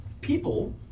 people